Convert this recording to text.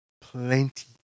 plenty